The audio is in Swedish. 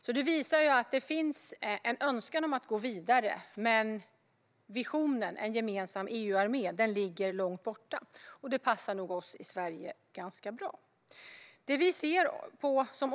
Detta visar att det finns en önskan om att gå vidare, men visionen - en gemensam EU-armé - ligger långt borta. Det passar nog oss i Sverige ganska bra.